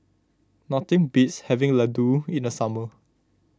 nothing beats having Ladoo in the summer